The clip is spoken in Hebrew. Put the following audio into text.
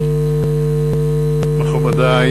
מכובדי,